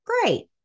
Great